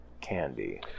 candy